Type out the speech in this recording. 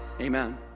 amen